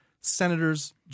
senators